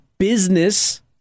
business